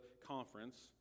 conference